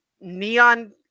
neon